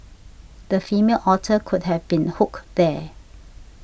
the female otter could have been hooked there